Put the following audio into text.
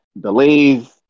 delays